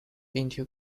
into